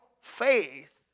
faith